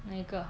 哪一个